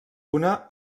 una